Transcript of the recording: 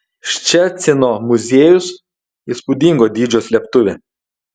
ščecino muziejus įspūdingo dydžio slėptuvė